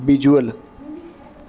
visual